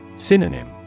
Synonym